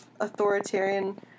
authoritarian